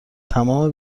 تمام